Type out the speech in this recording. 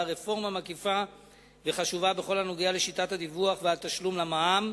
רפורמה מקיפה וחשובה בכל הנוגע לשיטת הדיווח והתשלום למע"מ.